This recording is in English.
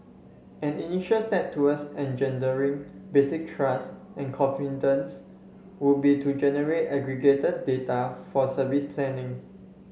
an initial step towards engendering basic trust and confidence would be to generate aggregated data for service planning